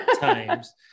times